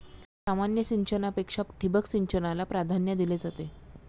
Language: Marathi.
सामान्य सिंचनापेक्षा ठिबक सिंचनाला प्राधान्य दिले जाते